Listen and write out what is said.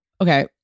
Okay